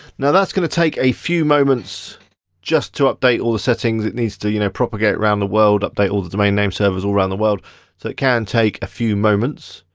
now that's gonna take a few moments just to update all the settings it needs to, you know, propagate around the world, update all the domain nameservers all around the world. so it can take a few moments.